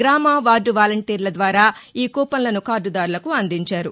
గ్రామ వార్దు వాలంటీర్ల ద్వారా ఈ కూపన్లను కార్దుదారులకు అందించారు